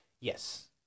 Yes